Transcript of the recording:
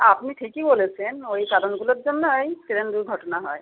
আপনি ঠিকই বলেছেন ওই কারণগুলোর জন্যই ট্রেন দুর্ঘটনা হয়